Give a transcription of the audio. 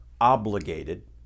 obligated